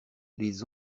les